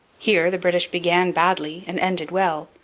here the british began badly and ended well.